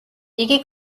იგი